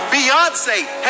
Beyonce